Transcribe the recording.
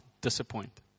disappoint